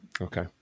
Okay